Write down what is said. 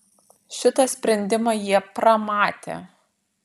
šitą sprendimą jie pramatė